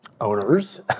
owners